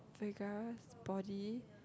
Vergara's body